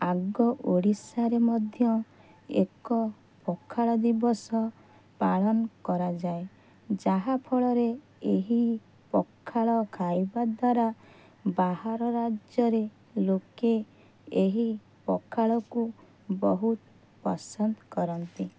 ଆଗ ଓଡ଼ିଶାରେ ମଧ୍ୟ ଏକ ପଖାଳ ଦିବସ ପାଳନ କରାଯାଏ ଯାହା ଫଳରେ ଏହି ପଖାଳ ଖାଇବା ଦ୍ଵାରା ବାହାର ରାଜ୍ୟରେ ଲୋକେ ଏହି ପଖାଳକୁ ବହୁତ ପସନ୍ଦ କରନ୍ତି